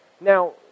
now